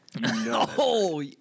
No